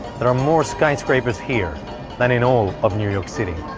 there are more skyscrapers here than in all of new york city.